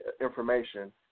information